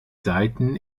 saiten